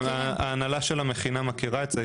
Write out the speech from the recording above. ההנהלה של המכינה מכירה את זה,